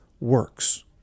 works